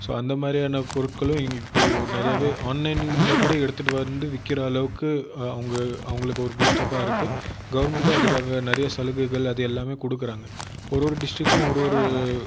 so அந்த மாதிரியான பொருட்களும் இப்போது நிறையவே ஆன்லைனில் கூட எடுத்துகிட்டு வந்து விற்கிற அளவுக்கு அவங்க அவர்களுக்கு ஒரு பூஸ்டப்பாக இருக்குது கவர்ன்மெண்ட்டும் அதுக்காக நிறைய சலுகைகள் அது எல்லாமே கொடுக்குறாங்க ஒரு ஒரு டிஸ்ட்ரிக்ட்டும் ஒரு ஒரு